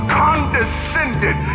condescended